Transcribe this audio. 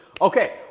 Okay